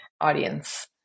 audience